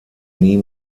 nie